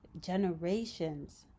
generations